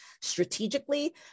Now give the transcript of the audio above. strategically